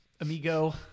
amigo